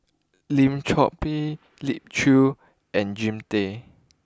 Lim Chor Pee Elim Chew and Jean Tay